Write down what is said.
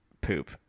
poop